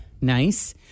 Nice